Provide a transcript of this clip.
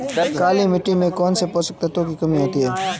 काली मिट्टी में कौनसे पोषक तत्वों की कमी होती है?